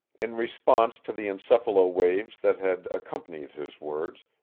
in response to the encephalo-waves that had accompanied his words,